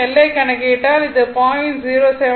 L ஐக் கணக்கிட்டால் அது 0